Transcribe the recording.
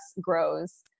grows